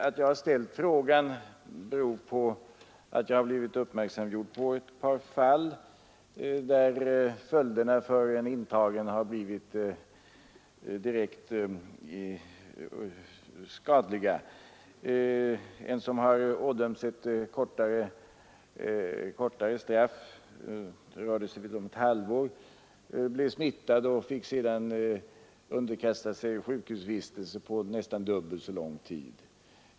Att jag har ställt denna fråga beror på att jag blivit uppmärksamgjord på ett par fall, där följderna för en intagen har varit direkt skadliga. En person som hade ådömts ett kortare straff — det rörde sig väl om ett halvår — blev smittad och fick sedan underkasta sig en sjukhusvistelse under nästan dubbelt så lång tid.